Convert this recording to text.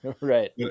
Right